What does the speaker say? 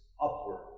upward